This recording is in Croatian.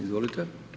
Izvolite.